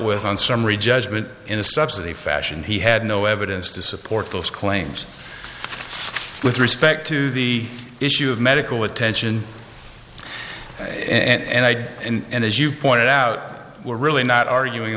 with on summary judgment in a subsidy fashion he had no evidence to support those claims with respect to the issue of medical attention and i did and as you pointed out we're really not arguing